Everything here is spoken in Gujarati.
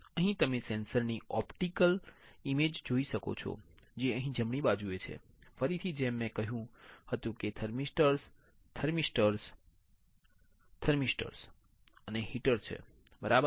અહીં તમે સેન્સર ની ઓપ્ટિકલ ઇમેઝ જોઈ શકો છો જે અહીં જમણી બાજુ છે ફરીથી જેમ મેં કહ્યું હતું કે થર્મિસ્ટર્સ થર્મિસ્ટર્સ થર્મિસ્ટર્સ અને હીટર છે બરાબર